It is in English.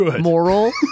moral